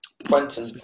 Quentin